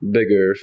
Bigger